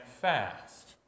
fast